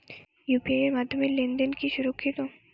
UPI এর মাধ্যমে লেনদেন কি সুরক্ষিত?